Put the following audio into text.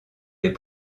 les